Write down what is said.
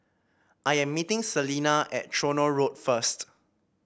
I am meeting Salena at Tronoh Road first